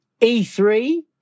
e3